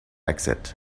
exit